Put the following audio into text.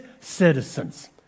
citizens